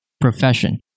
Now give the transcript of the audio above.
profession